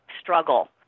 struggle